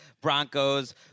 Broncos